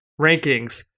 rankings